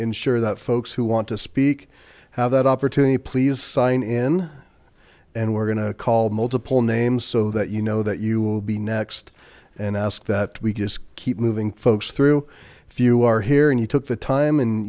ensure that folks who want to speak have that opportunity please sign in and we're going to call multiple names so that you know that you will be next and ask that we just keep moving folks through if you are here and you took the time and